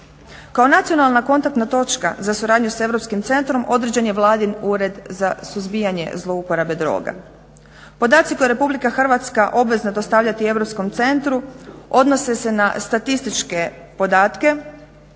Kao nacionalna kontaktna točka za suradnju s Europskim centrom određen je Vladin ured za suzbijanje zlouporabe droga. Podaci koje je RH obvezna dostavljati Europskom centru odnose se na statističke podatke